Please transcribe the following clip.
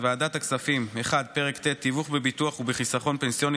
ועדת הכספים: פרק ט' תיווך בביטוח ובחיסכון פנסיוני,